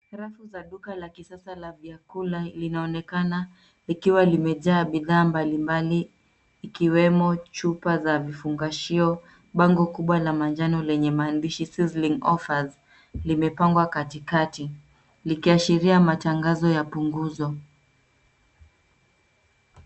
Rafu za duka la kisasa la vyakula linaonekana likiwa limejaa bidhaa mbalimbali ikiwemo chupa za vifungashio. Bango kubwa la manjano lenye maandishi sizzling offers limepangwa katikati likiashiria matangazo ya punguzo.